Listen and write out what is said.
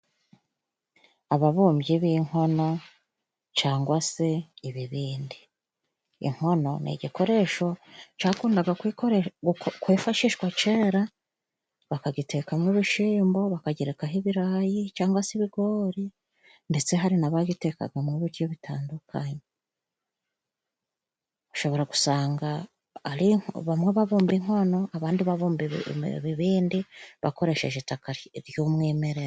Ababumbyi b'inkono cangwa se ibibindi. Inkono ni igikoresho cakundaga kwifashishwa cera bakagitekamo ibishimbo, bakagerekaho ibirayi cangwa se ibigori, ndetse hari n'abagitekagamo ibijyo bitandukanye. Ushobora gusanga bamwe babumba inkono abandi babumba ibibindi bakoresheje itaka ry'umwimerere.